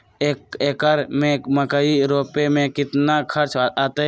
एक एकर में मकई रोपे में कितना खर्च अतै?